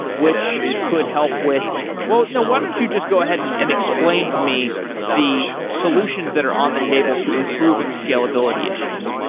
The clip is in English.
which could help with well, no. why don't you just go ahead and and explain to me the solutions that are on the table to improving scalability issues?